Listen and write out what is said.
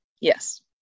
Yes